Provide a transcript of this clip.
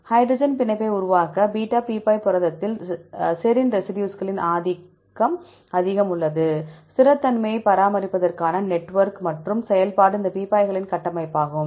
hydrogen பிணைப்பை உருவாக்க beta பீப்பாய் புரதத்தில் செரின் ரெசிடியூஸ்களின் அதிக ஆதிக்கம் உள்ளது ஸ்திரத்தன்மையை பராமரிப்பதற்கான நெட்வொர்க் மற்றும் செயல்பாடு இந்த பீப்பாய்களின் கட்டமைப்பாகும்